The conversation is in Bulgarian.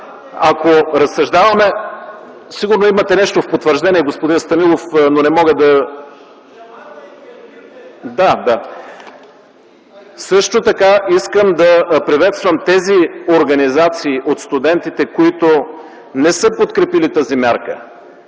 от място.) Сигурно имате нещо в потвърждение, господин Станилов, но не мога да Ви чуя оттук. Също така искам да приветствам тези организации на студентите, които не са подкрепили тази мярка.